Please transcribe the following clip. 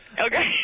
Okay